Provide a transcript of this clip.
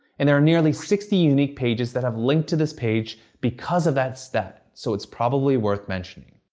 and there are nearly sixty unique pages that have linked to this page because of that stat, so it's probably worth mentioning.